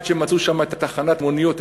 עד שמצאו שם את תחנת המוניות,